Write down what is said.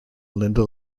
linda